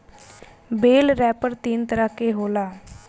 बेल wrapper तीन तरह के होला